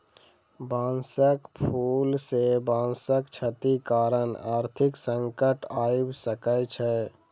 बांसक फूल सॅ बांसक क्षति कारण आर्थिक संकट आइब सकै छै